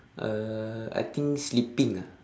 uh I think sleeping ah